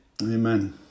amen